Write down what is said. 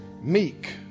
Meek